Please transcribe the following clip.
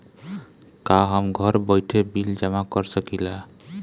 का हम घर बइठे बिल जमा कर शकिला?